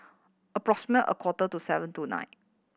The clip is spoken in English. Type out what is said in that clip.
approximate a quarter to seven tonight